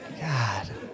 God